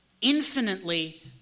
Infinitely